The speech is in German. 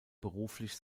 beruflich